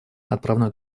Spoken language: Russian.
отправной